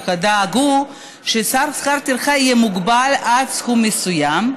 חברי הכנסת דאגו ששכר הטרחה יהיה מוגבל עד סכום מסוים,